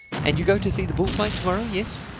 and you go to see the bullfight to-morrow, yes?